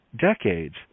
decades